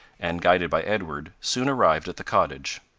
and, guided by edward, soon arrived at the cottage.